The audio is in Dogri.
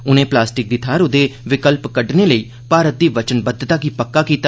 उने प्लास्टिक दी थाह्र ओह्दे विकल्प कड्ढने लेई भारत दी बचनबद्वता गी पक्का कीता